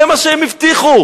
זה מה שהם הבטיחו.